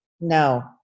No